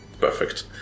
Perfect